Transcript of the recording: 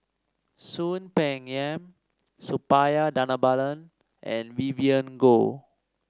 Soon Peng Yam Suppiah Dhanabalan and Vivien Goh